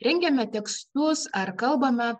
rengiame tekstus ar kalbame